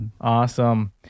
Awesome